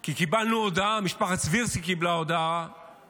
כי קיבלנו הודעה, משפחת סבירסקי קיבלה הודעה